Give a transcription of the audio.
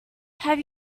have